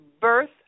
birth